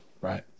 Right